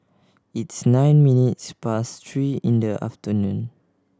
its nine minutes past three in the afternoon